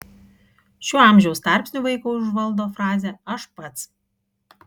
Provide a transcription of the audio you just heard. šiuo amžiaus tarpsniu vaiką užvaldo frazė aš pats